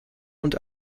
und